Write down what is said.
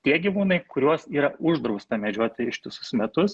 tie gyvūnai kuriuos yra uždrausta medžioti ištisus metus